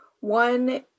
One